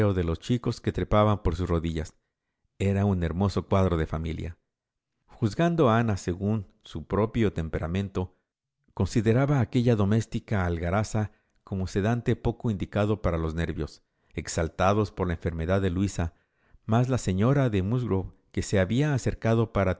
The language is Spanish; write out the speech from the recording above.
de los chicos que trepaban por sus rodillas era un hermoso cuadro de familia juzgando ana según su propio temperamento consideraba aquella doméstica algazara como sedante poco indicado para los nervios exaltados poila enfermedad de luisa mas la señora de musgrove que se le había acercado para